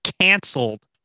canceled